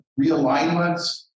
realignments